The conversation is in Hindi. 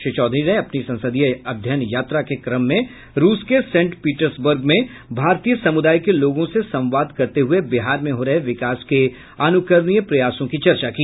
श्री चौधरी ने अपनी संसदीय अध्ययन यात्रा के क्रम में रुस के सेंट पीटर्सबर्ग में भारतीय समुदाय के लोगों से संवाद करते हुए बिहार में हो रहे विकास के अनुकरणीय प्रयासों की चर्चा की